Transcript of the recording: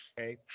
Okay